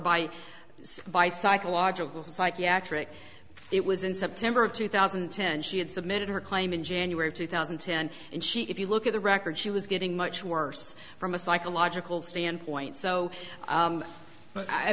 by by psychological psychiatric it was in september of two thousand and ten she had submitted her claim in january of two thousand and ten and she if you look at the record she was getting much worse from a psychological standpoint so